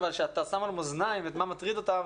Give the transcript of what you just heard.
אבל כשאתה שם על מאזניים מה מטריד אותם,